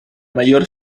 mayor